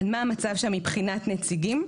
מה המצב שם מבחינת נציגים?